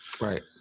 Right